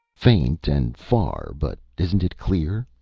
faint and far, but isn't it clear,